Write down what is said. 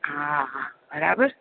हा हा बराबरि